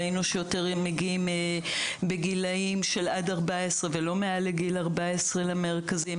ראינו שאם מגיעים בגילאים של עד 14 ולא מעל גיל 14 למרכזים,